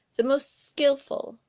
the most skilful,